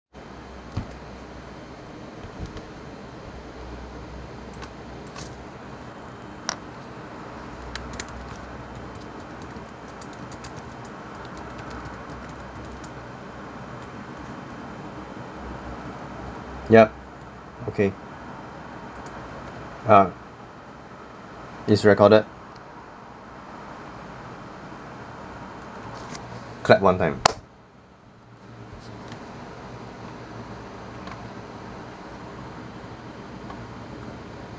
yup okay ah it's recorded clap one time